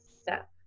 step